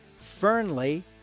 Fernley